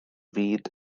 fyd